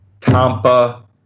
Tampa